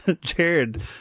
Jared